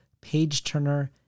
page-turner